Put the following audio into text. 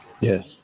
Yes